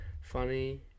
funny